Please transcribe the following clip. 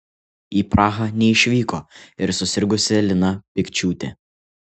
į prahą neišvyko ir susirgusi lina pikčiūtė